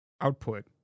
output